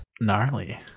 Gnarly